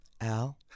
al